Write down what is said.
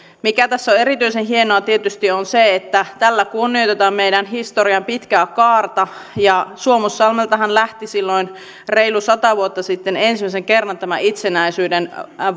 mikä tässä on erityisen hienoa on tietysti se että tällä kunnioitetaan meidän historiamme pitkää kaarta suomussalmeltahan lähti silloin reilu sata vuotta sitten ensimmäisen kerran itsenäisyyden